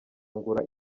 ngura